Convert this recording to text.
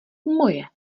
moje